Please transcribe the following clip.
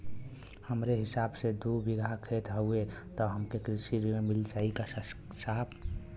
हमरे हिस्सा मे दू बिगहा खेत हउए त हमके कृषि ऋण मिल जाई साहब?